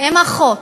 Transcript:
איזה כיבוש?